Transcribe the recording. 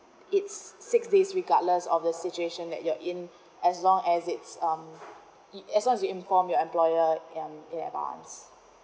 it's six days regardless of the situation that you're in as long as it's um as long as you inform your employer and